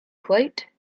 plate